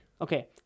Okay